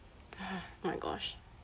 my gosh